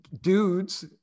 Dudes